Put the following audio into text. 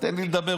תן לי לדבר.